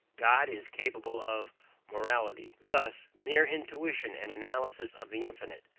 god is incapable of morality. thus mere intuition and analysis of the infinite,